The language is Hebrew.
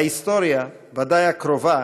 ההיסטוריה, ודאי הקרובה,